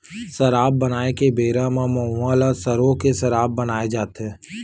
सराब बनाए के बेरा म मउहा ल सरो के सराब बनाए जाथे